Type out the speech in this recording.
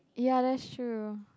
ya that's true